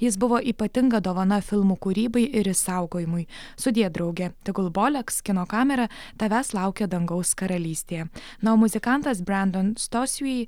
jis buvo ypatinga dovana filmų kūrybai ir išsaugojimui sudie drauge tegul boleks kino kamera tavęs laukia dangaus karalystė na o muzikantas brendon stosvy